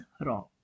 wrong